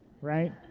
right